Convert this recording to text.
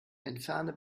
entferne